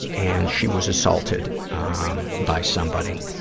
and she was assaulted um by somebody.